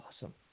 Awesome